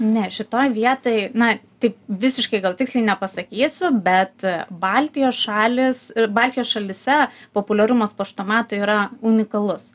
ne šitoje vietoj na taip visiškai gal tiksliai nepasakysiu bet baltijos šalys ir baltijos šalyse populiarumas paštomatų yra unikalus